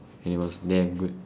and it was damn good